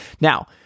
Now